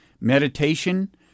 meditation